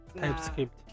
TypeScript